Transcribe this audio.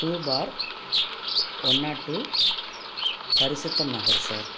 two four one nought two Parisutham Nagar sir